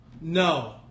No